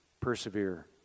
persevere